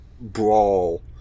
brawl